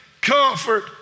comfort